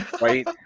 Right